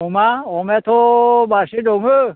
अमा अमायाथ' मासे दङो